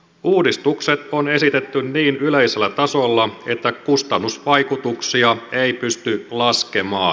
uudistukset on esitetty niin yleisellä tasolla että kustannusvaikutuksia ei pysty laskemaan